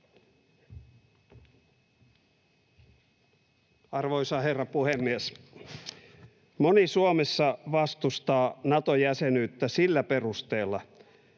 Arvoisa herra puhemies! Moni Suomessa vastustaa Nato-jäsenyyttä sillä perusteella,